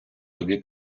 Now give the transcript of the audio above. тобі